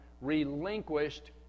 relinquished